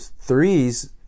threes